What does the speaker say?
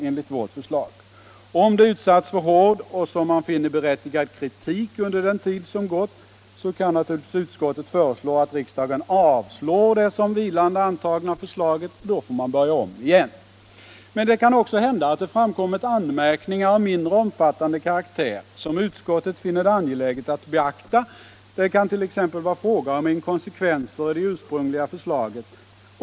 Om det vilande förslaget under den tid som gått utsatts för hård kritik, som man finner berättigad, kan naturligvis utskottet föreslå, att riksdagen avslår det som vilande antagna lagförslaget, och då får man börja om igen. Men det kan också hända att det framkommit anmärkningar av mindre omfattande karaktär som utskottet finner det angeläget att beakta. Det kan t.ex. vara fråga om inkonsekvenser i det ursprungliga lagförslaget.